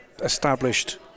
established